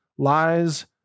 lies